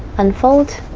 unfold.